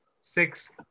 six